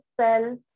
cell